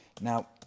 now